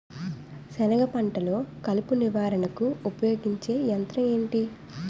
సెనగ పంటలో కలుపు నివారణకు ఉపయోగించే యంత్రం ఏంటి?